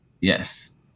Yes